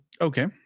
Okay